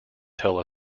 tell